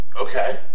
Okay